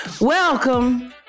Welcome